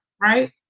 right